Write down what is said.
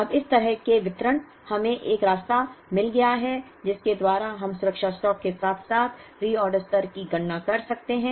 अब इस तरह से वितरण हमें वह रास्ता मिल गया है जिसके द्वारा हम सुरक्षा स्टॉक के साथ साथ रिऑर्डर स्तर की गणना कर सकते हैं